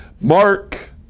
mark